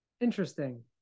Interesting